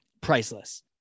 Priceless